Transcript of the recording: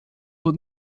wird